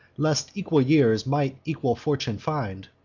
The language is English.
lest equal years might equal fortune find.